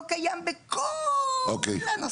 לא קיים בכל הסעיפים האלה.